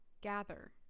gather